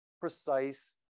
precise